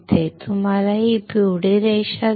तुम्हाला ही पिवळी रेषा दिसते